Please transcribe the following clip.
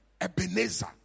Ebenezer